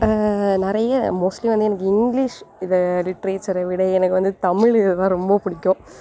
நிறைய மோஸ்ட்லி வந்து எனக்கு இங்கிலீஷ் இது லிட்ரேச்சரை விட எனக்கு வந்து தமிழ் இதை தான் ரொம்ப பிடிக்கும்